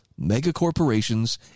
megacorporations